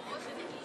הופיעו.